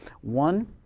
One